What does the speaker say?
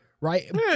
Right